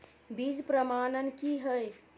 बीज प्रमाणन की हैय?